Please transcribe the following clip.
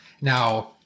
Now